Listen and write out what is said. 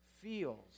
feels